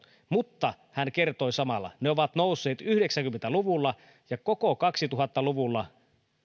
mutta hän kertoi samalla että ne ovat nousseet yhdeksänkymmentä luvulla ja koko kaksituhatta luvulla